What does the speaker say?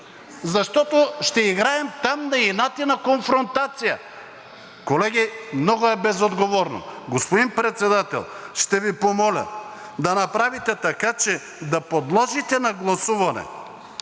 защото ще играем там на инат и конфронтация! Колеги, много е безотговорно! Господин Председател, ще Ви помоля да направите така, че да подложите на гласуване